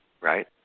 right